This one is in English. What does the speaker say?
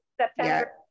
September